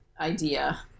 idea